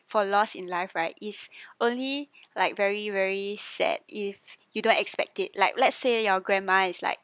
for loss in life right is only like very very sad if you don't expect it like let's say your grandma is like